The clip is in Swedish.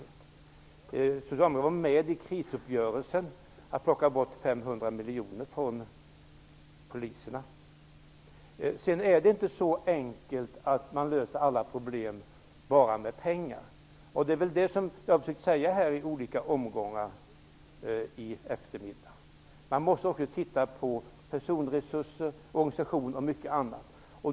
Socialdemokraterna var ju vid krisuppgörelsen med om att plocka bort 500 Sedan är det inte så enkelt att man löser alla problem bara genom pengar, och det har jag flera gånger försökt att säga här i eftermiddag. Man måste också se på personalresurser, organisation och mycket annat.